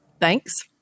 Thanks